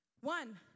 One